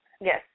Yes